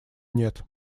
нет